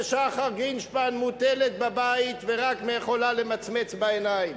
ושחר גרינשפן מוטלת בבית ורק יכולה למצמץ בעיניים.